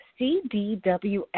CDWF